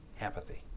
apathy